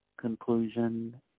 conclusion